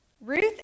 Ruth